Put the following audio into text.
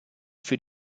für